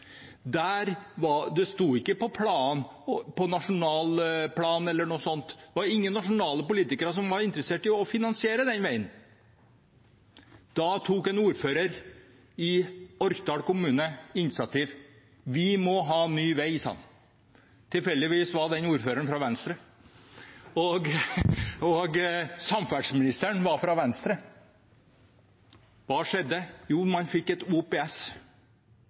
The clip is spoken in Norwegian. Nasjonal transportplan eller noe sånt, det var ingen nasjonale politikere som var interessert i å finansiere den veien. Da tok ordføreren i Orkdal kommune et initiativ. Vi må ha ny vei, sa han. Tilfeldigvis var den ordføreren fra Venstre, og samferdselsministeren var fra Venstre. Hva skjedde? Jo, man fikk et